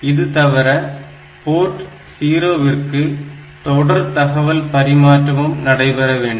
இது தவிர போர்ட் 0 ற்கு தொடர் தகவல் பரிமாற்றமும் நடைபெற வேண்டும்